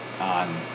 on